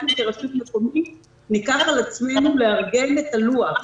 אנחנו כרשות מקומית ניקח על עצמנו לארגן את הלוח.